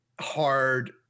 hard